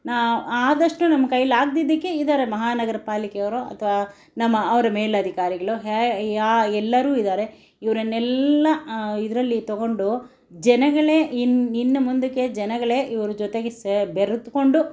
ನಾ ಆದಷ್ಟು ನಿಮ್ಮ ಕೈಲಾಗ್ದಿದ್ದಕೆ ಇದ್ದಾರೆ ಮಹಾನಗರ ಪಾಲಿಕೆಯವರು ಅಥವಾ ನಮ್ಮ ಅವರ ಮೇಲಧಿಕಾರಿಗಳು ಹೆ ಯಾ ಎಲ್ಲರೂ ಇದ್ದಾರೆ ಇವರನ್ನೆಲ್ಲ ಇದರಲ್ಲಿ ತಗೊಂಡು ಜನಗಳೇ ಇನ್ನು ಇನ್ನು ಮುಂದಕ್ಕೆ ಜನಗಳೇ ಇವರ ಜೊತೆಗೆ ಸೇ ಬೆರೆತುಕೊಂಡು